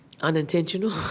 Unintentional